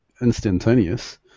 instantaneous